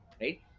right